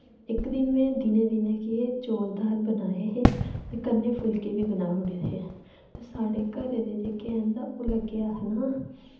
इक दिन में दिनै दिनै गै चोल दाल बनाए हे ते कन्नै फुल्के बी बनाई ओड़े हे घरै दे जेह्के हैन तां ओह् लगे आखना